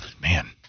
Man